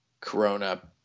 corona